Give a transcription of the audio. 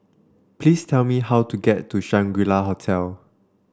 please tell me how to get to Shangri La Hotel